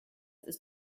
ist